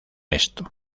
esto